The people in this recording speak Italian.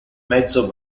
mezzo